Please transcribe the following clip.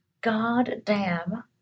goddamn